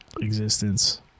existence